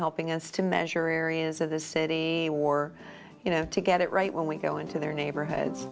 helping us to measure areas of the city war you know to get it right when we go into their neighborhoods